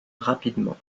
rapidement